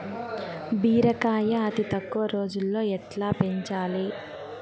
బీరకాయ అతి తక్కువ రోజుల్లో ఎట్లా పెంచాలి?